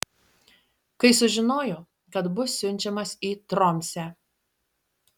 kai sužinojo kad bus siunčiamas į tromsę